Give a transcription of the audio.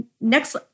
next